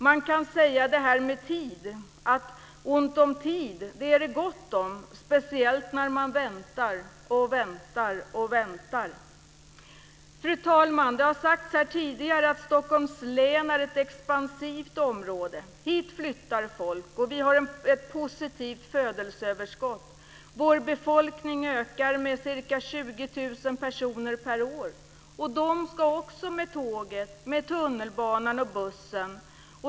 Man kan säga att ont om tid är det gott om, speciellt när man väntar och väntar och väntar. Fru talman! Det har sagts tidigare att Stockholms län är ett expansivt område. Hit flyttar folk, och vi har ett positivt födelseöverskott. Vår befolkning ökar med ca 20 000 personer per år. De ska också med tåget, med tunnelbanan och bussen.